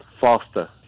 faster